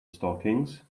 stockings